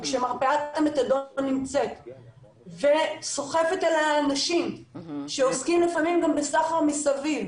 ושמרפאת המתדון נמצאת וסוחפת אליה אנשים שעוסקים לפעמים גם בסחר מסביב